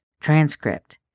transcript